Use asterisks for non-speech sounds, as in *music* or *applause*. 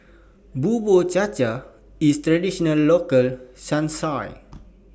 Bubur Cha Cha IS A Traditional Local Son *unintelligible*